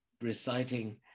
reciting